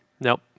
Nope